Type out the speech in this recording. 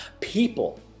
people